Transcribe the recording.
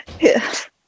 Yes